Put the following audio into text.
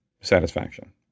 satisfaction